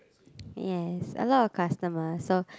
yes a lot of customer so